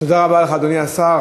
תודה רבה לך, אדוני השר.